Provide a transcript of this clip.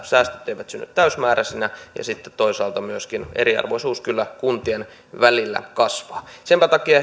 säästöt eivät synny täysimääräisinä toisaalta myöskin eriarvoisuus kuntien välillä kasvaa senpä takia